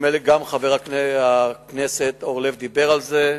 נדמה לי שגם חבר הכנסת אורלב דיבר על זה.